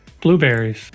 Blueberries